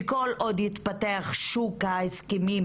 וכל עוד יתפתח שוק ההסכמים